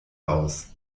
aus